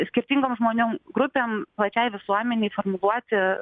skirtingom žmonių grupėm plačiai visuomenei formuluoti